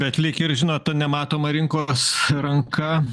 bet lyg ir žinot ta nematoma rinkos ranka